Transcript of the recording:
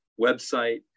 website